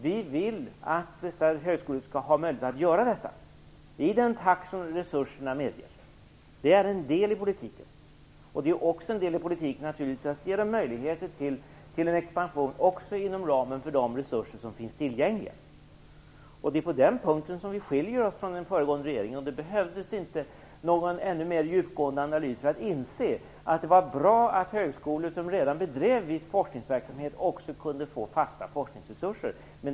Vi vill att högskolorna skall ha sådana här möjligheter i den takt som resurserna det medger. Det är en del av vår politik. En annan del i politiken är naturligtvis också att ge skolorna en möjlighet till expansion även inom ramen för tillgängliga resurser. På den punkten skiljer vi oss från den föregående regeringen. Det behövdes inte någon mera djupgående analys för att inse att det var bra att högskolor som redan bedrev viss forskningsverksamhet också kunde få fasta forskningsresurser.